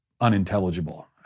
unintelligible